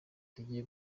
tugiye